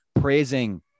praising